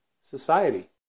society